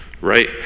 right